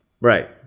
Right